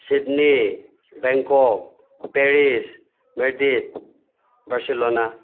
Sydney Bangkok Paris Madrid Barcelona